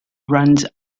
runs